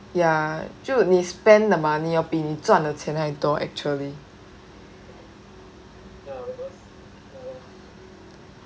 ya 就你 spend the money 要比你赚的钱还多 actually